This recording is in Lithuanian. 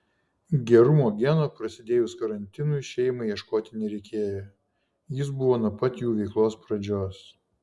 gerumo geno prasidėjus karantinui šeimai ieškoti nereikėjo jis buvo nuo pat jų veiklos pradžios